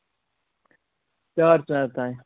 چار چار تانۍ